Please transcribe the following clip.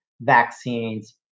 vaccines